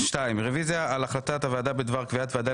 2. רוויזיה על החלטת הוועדה בדבר קביעת ועדה